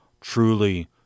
truly